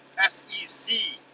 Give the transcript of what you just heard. SEC